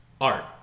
art